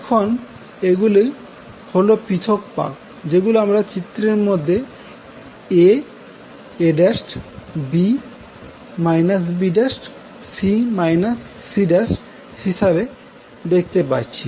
এখন এগুলি হল পৃথক পাক যেগুলো আমরা চিত্রের মধ্যে a a' b b'এবং c c'হিসাবে রয়েছে দেখতে পাচ্ছি